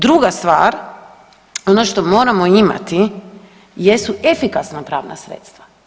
Druga stvar, ono što moramo imati jesu efikasna pravna sredstva.